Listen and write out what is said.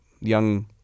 young